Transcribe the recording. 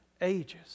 ages